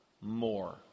More